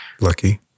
Lucky